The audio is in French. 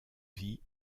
vie